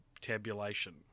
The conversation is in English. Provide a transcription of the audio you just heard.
tabulation